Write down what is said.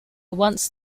once